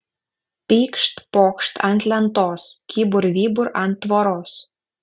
pykšt pokšt ant lentos kybur vybur ant tvoros